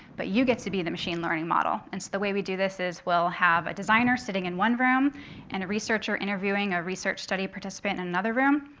but you get to be the machine learning model. and so the way we do this is we'll have a designer sitting in one room and a researcher interviewing a research study participant in another room.